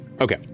Okay